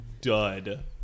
dud